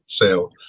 sale